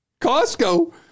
Costco